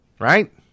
right